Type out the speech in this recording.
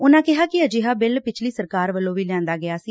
ਉਨਾਂ ਕਿਹਾ ਕਿ ਅਜਿਹਾ ਬਿੱਲ ਪਿਛਲੀ ਸਰਕਾਰ ਵੱਲੋਂ ਵੀ ਲਿਆਂਦਾ ਗਿਆ ਸੀ